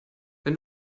wenn